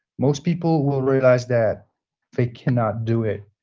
most people will realize that they cannot do it.